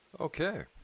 Okay